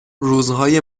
روزهای